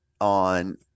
on